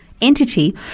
entity